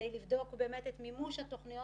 ואת מימוש התוכניות